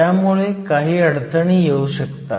त्यामुळे काही अडचणी येऊ शकतात